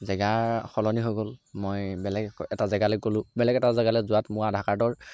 জেগা সলনি হৈ গ'ল মই বেলেগ এটা জেগালৈ গ'লো বেলেগ এটা জেগালে যোৱাত মোৰ আধাৰ কাৰ্ডৰ